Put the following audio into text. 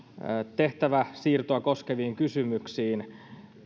tehtäväsiirtoa koskeviin kysymyksiin